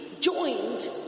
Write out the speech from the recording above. joined